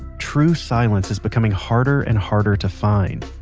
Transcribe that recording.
true silence is becoming harder and harder to find.